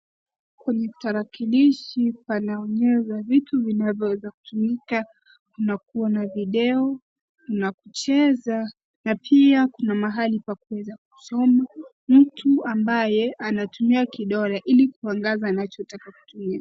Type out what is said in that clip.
Kwenye tarakilishi, panaonyesha vitu vinavyoweza kutumika na kuona video na kucheza. Na pia Kuna mahali pa kuweza kusoma .Mtu ambaye anatumia kidole ili kuongoza nacho anachotaka kutumia.